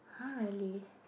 !huh! really